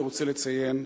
אני רוצה לציין,